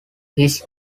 his